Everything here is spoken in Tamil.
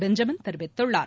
பெஞ்சமின் தெரிவித்துள்ளார்